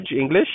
English